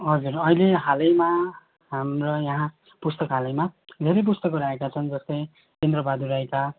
हजुर अहिले हालैमा हाम्रो यहाँ पुस्तकालयमा धेरै पुस्तकहरू आएका छन् जस्तै इन्द्रबहादुर राईका